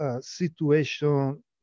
situation